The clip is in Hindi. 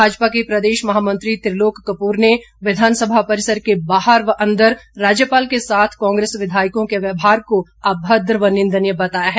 भाजपा के प्रदेश महामंत्री त्रिलोक कपूर ने विधानसभा परिसर के बाहर व अंदर राज्यपाल के साथ कांग्रेस विधायकों के व्यवहार को अभद्र व निंदनीय बताया है